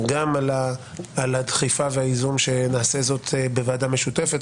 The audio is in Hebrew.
גם על הדחיפה והייזום שנעשה זאת בוועדה משותפת.